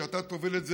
ואתה תוביל את זה.